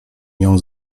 nią